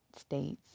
states